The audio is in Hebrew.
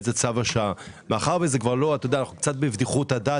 מאחר שאנו בבדיחות הדעת,